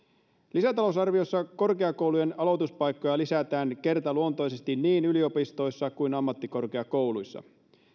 lisätalousarviossa korkeakoulujen aloituspaikkoja lisätään kertaluontoisesti niin yliopistoissa kuin ammattikorkeakouluissa